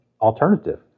alternative